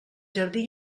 jardí